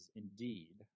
indeed